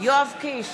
יואב קיש,